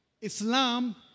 Islam